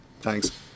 thanks